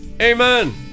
amen